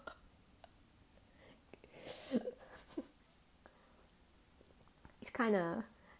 it's kinda